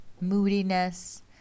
moodiness